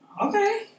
Okay